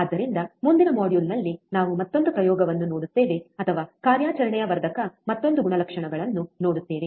ಆದ್ದರಿಂದ ಮುಂದಿನ ಮಾಡ್ಯೂಲ್ನಲ್ಲಿ ನಾವು ಮತ್ತೊಂದು ಪ್ರಯೋಗವನ್ನು ನೋಡುತ್ತೇವೆ ಅಥವಾ ಕಾರ್ಯಾಚರಣೆಯ ವರ್ಧಕದ ಮತ್ತೊಂದು ಗುಣಲಕ್ಷಣಗಳನ್ನು ನೋಡುತ್ತೇವೆ